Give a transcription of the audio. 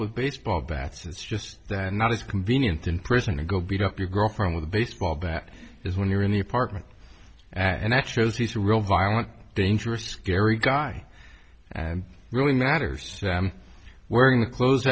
with baseball bats it's just not as convenient in prison to go beat up your girlfriend with a baseball bat is when you're in the apartment and it shows he's a real violent dangerous scary guy and really matters wearing the clothes